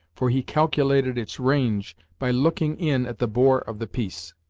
for he calculated its range by looking in at the bore of the piece.